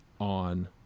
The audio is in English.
on